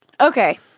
Okay